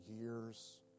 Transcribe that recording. years